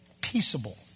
peaceable